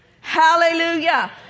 Hallelujah